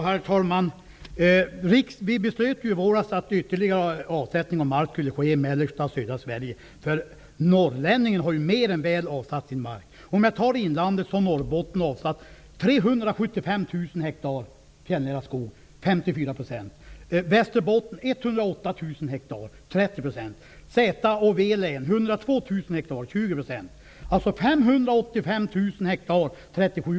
Herr talman! Vi beslöt ju i våras att ytterligare avsättning av mark skulle ske i mellersta och södra Sverige. Norrlänningen har ju mer än väl avsatt sin mark. För att ta inlandet som exempel har man i Norrbotten avsatt 375 000 hektar fjällnära skog, dvs. 54 %. I Västerbotten har man avsatt 108 000 403 000 hektar avsatt.